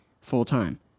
full-time